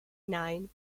nine